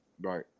Right